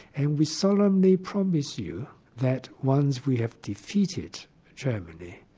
and we solemnly promise you that once we have defeated germany,